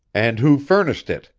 and who furnished it?